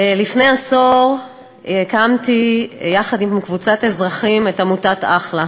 לפני עשור הקמתי יחד עם קבוצת אזרחים את עמותת אחל"ה,